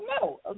No